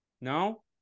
no